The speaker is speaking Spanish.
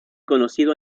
conocido